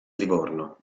livorno